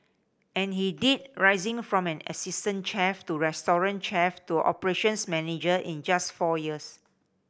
and he did rising from an assistant chef to restaurant chef to operations manager in just four years